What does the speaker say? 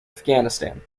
afghanistan